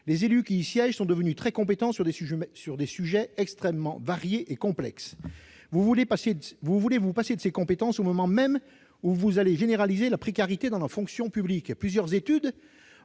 Les élus qui y siègent sont devenus très compétents sur des sujets extrêmement variés et complexes. Monsieur le secrétaire d'État, vous voulez vous passer de ces compétences au moment même où vous allez généraliser la précarité dans la fonction publique.